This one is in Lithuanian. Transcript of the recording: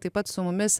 taip pat su mumis